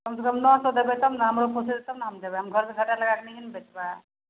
कमसे कम नओ सओ देबै तब ने हमरो पोसेतै तब ने हम देबै हम घरसे घटा लगैके चीज नहि ने बेचबै